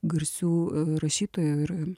garsių rašytojų ir